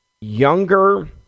younger